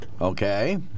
Okay